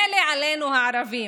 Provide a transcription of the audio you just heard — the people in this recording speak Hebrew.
מילא עלינו, הערבים,